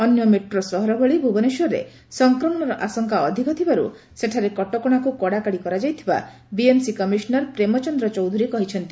ଅନ୍ୟ ମେଟ୍ରୋ ସହର ଭଳି ଭୁବନେଶ୍ୱରରେ ସଂକ୍ରମଣର ଆଶଙ୍କା ଅଧିକ ଥିବାରୁ ସେଠାରେ କଟକଣାକୁ କଡ଼ାକଡ଼ି କରାଯାଇଥିବା ବିଏମ୍ସି କମିଶନର୍ ପ୍ରେମ୍ଚନ୍ଦ ଚୌଧୁରୀ କହିଛନ୍ତି